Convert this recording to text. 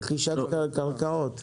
רכישת קרקעות.